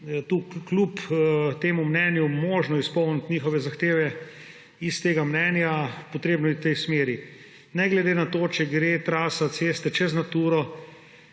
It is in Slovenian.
kljub temu mnenju možno izpolnit njihove zahteve iz tega mnenja, je potrebno it v tej smeri ne glede na to, če gre trasa ceste čez Naturo,